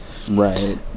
right